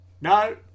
No